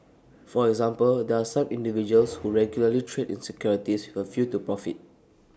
for example there are some individuals who regularly trade in securities with A view to profit